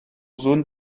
zone